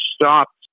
Stopped